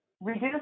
Reduce